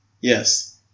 Yes